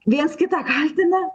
viens kitą kaltina